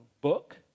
book